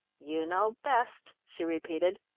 you know best, she repeated.